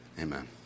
Amen